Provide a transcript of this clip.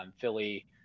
Philly